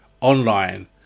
online